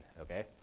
Okay